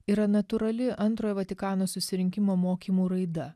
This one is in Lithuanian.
yra natūrali antrojo vatikano susirinkimo mokymų raida